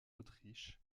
autriche